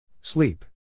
Sleep